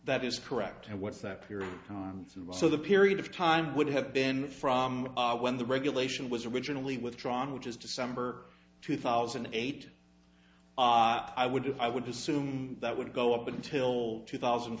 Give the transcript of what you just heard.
that is correct and what's that period so the period of time would have been from when the regulation was originally withdrawn which is december two thousand and eight op i would if i would assume that would go up until two thousand and